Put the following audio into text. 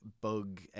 bug